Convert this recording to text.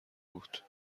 بود